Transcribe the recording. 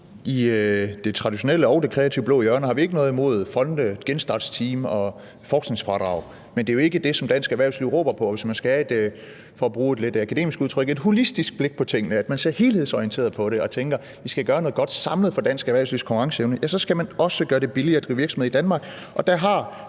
det traditionelle og det kreative blå hjørne har vi ikke noget imod fonde, genstartsteam og forskningsfradrag, men det er jo ikke det, som dansk erhvervsliv råber på. Og hvis man, for nu at bruge et lidt akademisk udtryk, skal have et holistisk blik på tingene, altså at man ser helhedsorienteret på det og tænker, at vi skal gøre noget godt samlet for dansk erhvervslivs konkurrenceevne, ja, så skal man også gøre det billigere at drive virksomhed i Danmark.